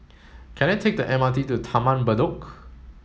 can I take the M R T to Taman Bedok